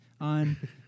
on